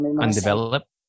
undeveloped